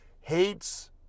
hates